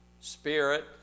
spirit